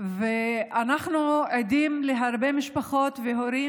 אנחנו עדים להרבה משפחות, הורים